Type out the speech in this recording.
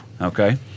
okay